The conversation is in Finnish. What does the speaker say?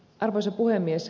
arvoisa puhemies